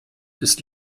ist